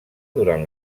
durant